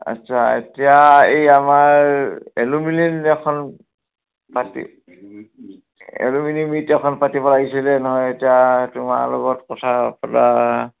আচ্ছা এতিয়া এই আমাৰ এলুমিনি এখন পাতি এলুমিনি মিট এখন পাতিব লাগিছিলে নহয় এতিয়া তোমাৰ লগত কথা পতা